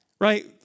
Right